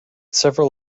several